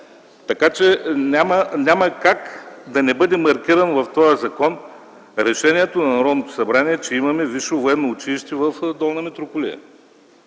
Така че няма как да не бъде маркирано в този закон решението на Народното събрание, че имаме Висше военно училище в Долна митрополия.